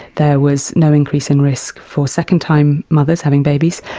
there was no increase in risk for second time mothers having babies.